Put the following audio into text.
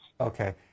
Okay